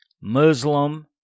Muslim